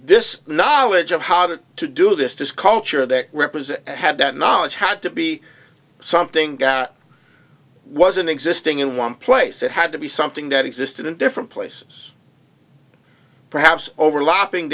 this knowledge of how to to do this to sculpt sure that represent had that knowledge had to be something wasn't existing in one place it had to be something that existed in different places perhaps overlapping